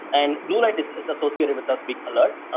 and blue light is is associated with us being alert.